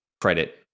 credit